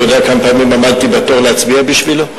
אתה יודע כמה פעמים עמדתי בתור להצביע בשבילו?